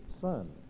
son